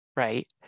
Right